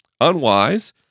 unwise